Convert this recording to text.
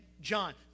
John